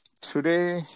Today